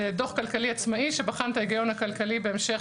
זה דוח כלכלי עצמאי שבחן את ההיגיון הכלכלי בהמשך